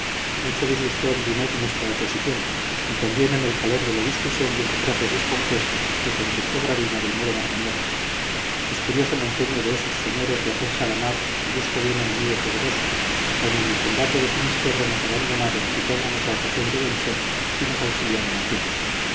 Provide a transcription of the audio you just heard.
mucho disgustó a villeneuve nuestra oposición y también en el calor de la discusión dijo frases descompuestas a que contestó gravina del modo más enérgico es curioso el empeño de esos señores de hacerse a la mar en busca de un enemigo poderoso cuando en el combate de finisterre nos abandonaron quitándonos la ocasión de vencer si nos auxiliaran a tiempo